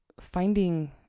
finding